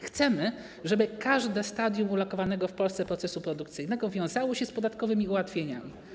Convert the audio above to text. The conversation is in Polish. Chcemy, żeby każde stadium ulokowanego w Polsce procesu produkcyjnego wiązało się z podatkowymi ułatwieniami.